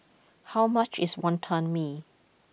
how much is Wonton Mee